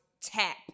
TAP